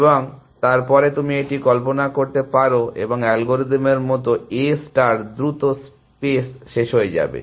এবং তারপরে তুমি এটি কল্পনা করতে পারো এবং অ্যালগরিদমের মতো A ষ্টার দ্রুত স্পেস শেষ হয়ে যাবে